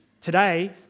today